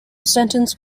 sentence